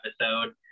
episode